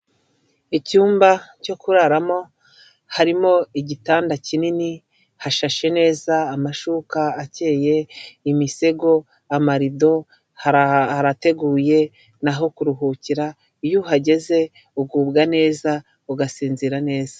Icyumba cyo kuraramo harimo igitanda kinini hashashe neza amashuka akeye, imisego, amarido, harateguye ni aho kuruhukira iyo uhageze ugubwa neza ugasinzira neza.